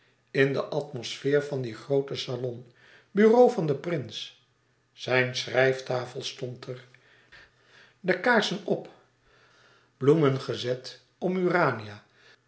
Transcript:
in de atmosfeer van dien grooten salon bureau van den prins zijn schrijftafel stond er de kaarsen op bloemen gezet om urania